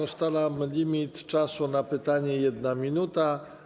Ustalam limit czasu na pytanie - 1 minuta.